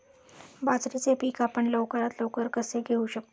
बाजरीचे पीक आपण लवकरात लवकर कसे घेऊ शकतो?